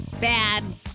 bad